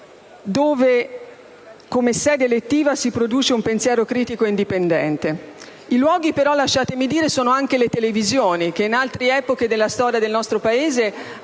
ovviamente, sedi elettive di produzione di un pensiero critico e indipendente. I luoghi però - lasciatemi dire - sono anche le televisioni, che in altre epoche della storia del nostro Paese